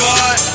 God